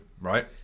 right